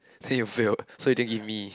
then you failed so you didn't give me